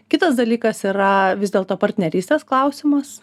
kitas dalykas yra vis dėlto partnerystės klausimas